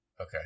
Okay